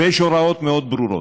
ויש הוראות מאוד ברורות.